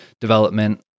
development